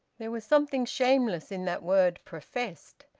there was something shameless in that word professed.